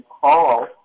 call